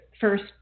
first